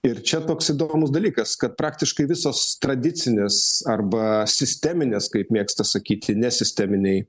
ir čia toks įdomus dalykas kad praktiškai visos tradicinės arba sisteminės kaip mėgsta sakyti nesisteminiai